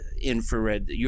infrared